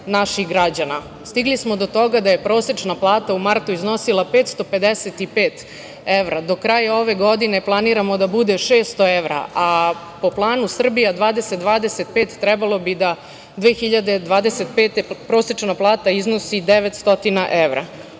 Stigli smo do toga da je prosečna plata u martu iznosila 555 evra. Do kraja ove godine planiramo da bude 600 evra, a po planu Srbija 2025 trebalo bi da 2025. prosečna plata iznosi 900 evra.U